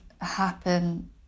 happen